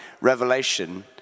Revelation